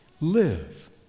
live